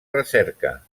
recerca